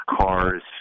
cars